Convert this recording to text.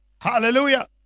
Hallelujah